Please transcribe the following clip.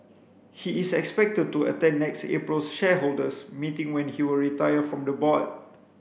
he is expected to attend next April's shareholders meeting when he will retire from the board